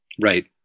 right